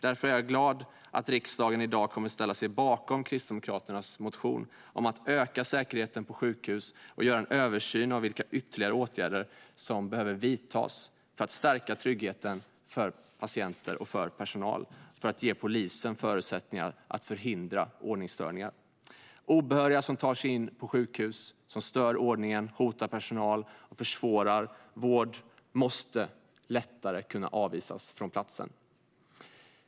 Därför är jag glad att riksdagen i dag kommer ställa sig bakom Kristdemokraternas motion om att öka säkerheten på sjukhus och göra en översyn av vilka ytterligare åtgärder som behöver vidtas för att stärka tryggheten för patienter och personal och för att ge polisen förutsättningar att förhindra ordningsstörningar. Obehöriga som tar sig in på sjukhus och stör ordningen, hotar personal och försvårar vård måste lättare kunna avvisas från platsen.